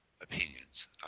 opinions